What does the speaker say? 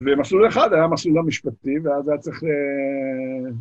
ומסלול אחד היה המסלול המשפטי, ואז היה צריך...